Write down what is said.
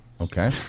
Okay